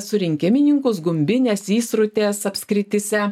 surinkimininkus gumbinės įsrutės apskrityse